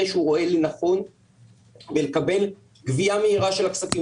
שהוא רואה לנכון ולקבל גבייה מהירה של הכספים.